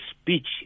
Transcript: speech